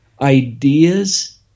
ideas